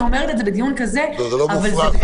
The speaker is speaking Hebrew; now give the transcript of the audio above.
אומרת את זה בדיון כזה -- זה לא מופרך.